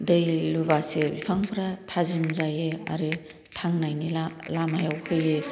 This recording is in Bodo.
दै लुबासो बिफांफ्रा थाजिम जायो आरो थांनायनि लामायाव फैयो